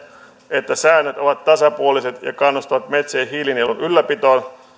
että säännöt ovat tasapuoliset ja kannustavat metsien hiilinielun ylläpitoon